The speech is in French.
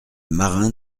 marin